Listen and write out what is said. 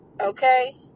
okay